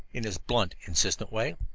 in his blunt, insistent way.